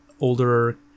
older